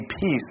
peace